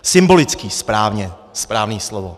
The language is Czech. Symbolický, správně, správné slovo.